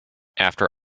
after